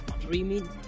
dreaming